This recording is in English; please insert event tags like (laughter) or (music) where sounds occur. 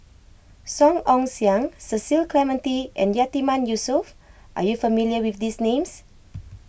Song Ong Siang Cecil Clementi and Yatiman Yusof are you not familiar with these names (noise)